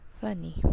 Funny